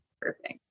Perfect